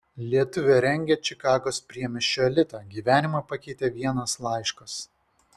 lietuvė rengia čikagos priemiesčio elitą gyvenimą pakeitė vienas laiškas